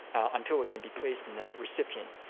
until it can be placed in the recipient?